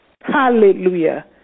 Hallelujah